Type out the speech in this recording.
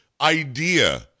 idea